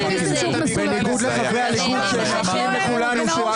--- בניגוד לחברי הליכוד שמאחלים לנו שואה